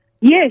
Yes